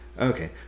Okay